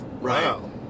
wow